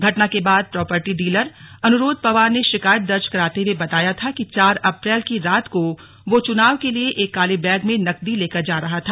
घटना के बाद प्रॉपर्टी डीलर अनुरोध पंवार ने शिकायत दर्ज कराते हुए बताया था कि चार अप्रैल की रात को वो चुनाव के लिये एक काले बैग में नकदी लेकर जा रहा था